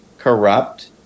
corrupt